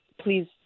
Please